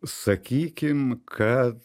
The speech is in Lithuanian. sakykim kad